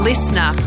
Listener